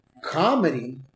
comedy